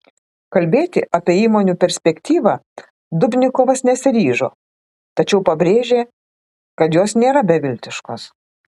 kalbėti apie įmonių perspektyvą dubnikovas nesiryžo tačiau pabrėžė kad jos nėra beviltiškos